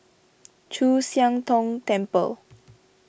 Chu Siang Tong Temple